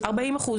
40%,